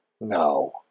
No